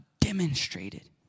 demonstrated